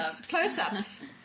Close-ups